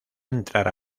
entrar